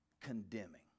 condemning